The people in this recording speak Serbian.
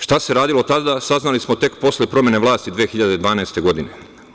Šta se radilo tada saznali smo tek posle promene vlasti 2012. godine.